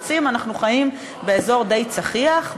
אנחנו חיים באזור די צחיח,